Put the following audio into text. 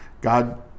God